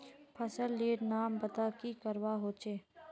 फसल लेर नाम बता की करवा होचे?